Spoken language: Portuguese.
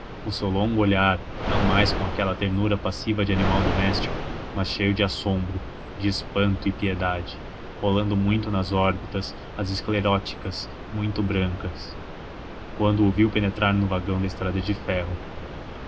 do seu longo olhar não mais com aquela ternura passiva de animal doméstico mas cheio de assombro de espanto e piedade rolando muito nas órbitas as escleróticas muito brancas quando o viu penetrar no vagão da estrada de ferro